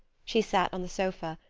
she sat on the sofa,